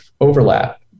overlap